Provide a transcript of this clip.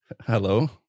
Hello